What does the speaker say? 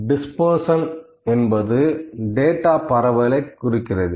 dispersion என்பது data பரவலை குறிக்கிறது